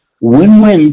win-win